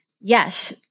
Yes